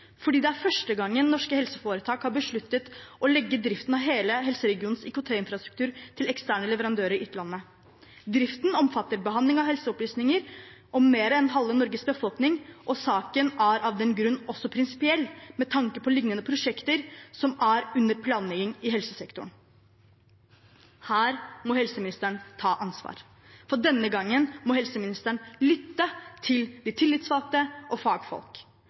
fordi det er første gang norske helseforetak har besluttet å legge drift av hele helseregionens IKT-infrastruktur til ekstern leverandør i utlandet. Driften omfatter behandling av helseopplysninger om mer enn halve Norges befolkning og saken er av den grunn også prinsipiell med tanke på liknende prosjekter som er under planlegging i helsesektoren.» Her må helseministeren ta ansvar. Og denne gangen må helseministeren lytte til de tillitsvalgte og til fagfolk.